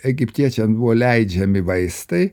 egiptiečiams buvo leidžiami vaistai